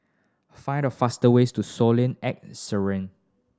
find the fastest way to Solen at Siran